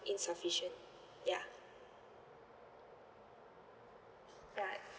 insufficient ya right